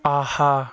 آہا